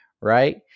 right